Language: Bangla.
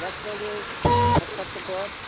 ব্যাক করবে ঐ এক সপ্তাহ পর